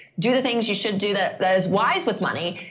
do the things you should do that that is wise with money.